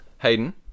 Hayden